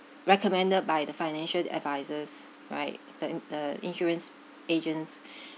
recommended by the financial advisers right the in~ the insurance agents